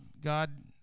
God